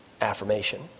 Affirmation